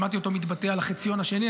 שמעתי אותו מתבטא על החציון השני,